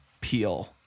peel